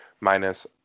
minus